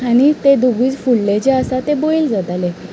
आनी ते दोगूय फुडले जे आसा ते बैल जाताले